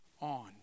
on